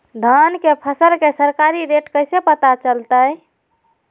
धान के फसल के सरकारी रेट कैसे पता चलताय?